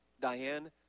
Diane